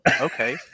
Okay